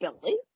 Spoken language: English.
Billy